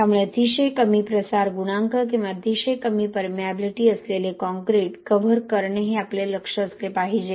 त्यामुळे अतिशय कमी प्रसार गुणांक किंवा अतिशय कमी परमिएबिलिटी असलेले काँक्रीट कव्हर करणे हे आपले लक्ष्य असले पाहिजे